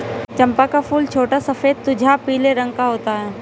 चंपा का फूल छोटा सफेद तुझा पीले रंग का होता है